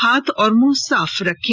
हाथ और मुंह साफ रखें